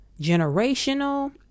generational